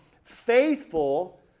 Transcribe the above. faithful